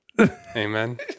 Amen